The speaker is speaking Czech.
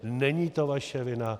Není to naše vina.